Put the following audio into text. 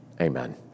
amen